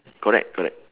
correct correct